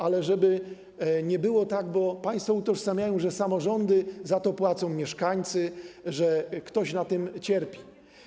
Ale żeby nie było tak, bo państwo utożsamiają to z tym, że samorządy tracą, że za to płacą mieszkańcy, że ktoś na tym cierpi.